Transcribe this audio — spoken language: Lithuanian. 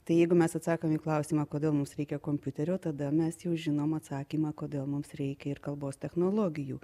tai jeigu mes atsakom į klausimą kodėl mums reikia kompiuterio tada mes jau žinom atsakymą kodėl mums reikia ir kalbos technologijų